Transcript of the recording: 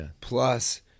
plus